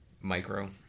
Micro